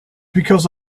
because